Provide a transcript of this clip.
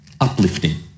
uplifting